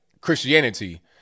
christianity